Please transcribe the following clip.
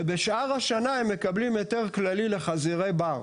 ובשאר השנה הם מקבלים היתר כללי לחזירי בר.